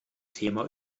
thema